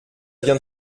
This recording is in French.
vient